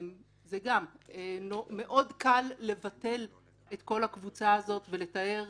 מאוד קל לבטל את כל הקבוצה הזאת ולתאר